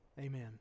amen